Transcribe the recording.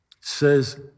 says